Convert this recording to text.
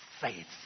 faith